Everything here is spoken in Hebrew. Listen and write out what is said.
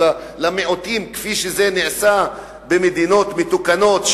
למיעוטים כפי שזה נעשה במדינות מתוקנות,